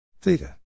theta